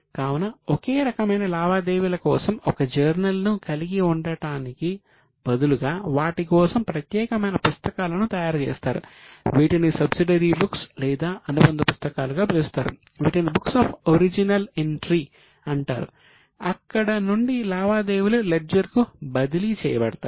కావున ఒకే రకమైన లావాదేవీల కోసం ఒక జర్నల్ అంటారు అక్కడ నుండి లావాదేవీలు లెడ్జర్కు బదిలీ చేయబడతాయి